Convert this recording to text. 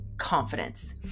confidence